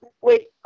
Wait